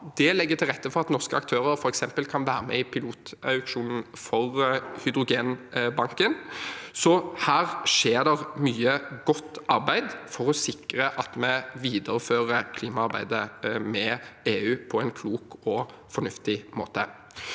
Det legger til rette for at norske aktører f.eks. kan være med i pilotauksjonen for hydrogenbanken. Her skjer det mye godt arbeid for å sikre at vi viderefører klimasamarbeidet med EU på en klok og fornuftig måte.